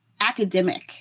academic-